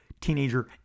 teenager